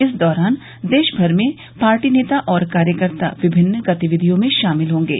इस दौरान देश भर में पार्टी नेता और कार्यकर्ता विभिन्न गतिविधियों में शामिल होंगे